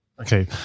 okay